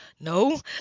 No